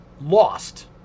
Lost